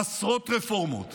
עשרות רפורמות